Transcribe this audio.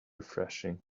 refreshing